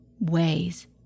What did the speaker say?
ways